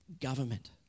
government